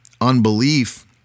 unbelief